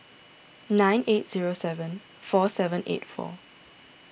nine eight zero seven four seven eight four